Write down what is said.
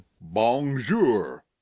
Bonjour